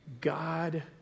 God